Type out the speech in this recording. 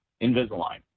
Invisalign